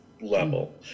level